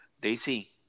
Daisy